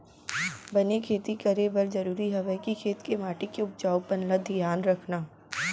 बने खेती करे बर जरूरी हवय कि खेत के माटी के उपजाऊपन ल धियान रखना